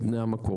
את בני המקום.